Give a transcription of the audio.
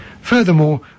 Furthermore